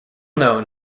known